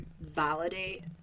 validate